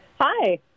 Hi